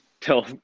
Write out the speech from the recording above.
tell